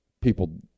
People